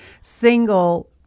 single